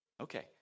Okay